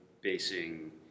basing